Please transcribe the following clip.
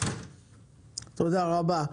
תודה רבה.